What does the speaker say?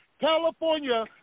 California